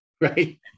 Right